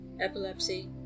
epilepsy